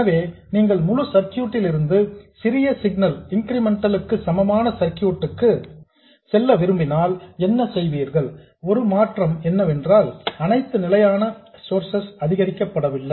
எனவே நீங்கள் முழு சர்க்யூட் லிருந்து சிறிய சிக்னல் இன்கிரிமென்டல் க்கு சமமான சர்க்யூட் க்கு செல்ல விரும்பினால் என்ன செய்வீர்கள் ஒரே மாற்றம் என்னவென்றால் அனைத்து நிலையான சோர்சஸ் அதிகரிக்கப்படவில்லை